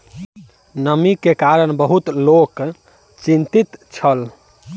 नमी के कारण बहुत लोक चिंतित छल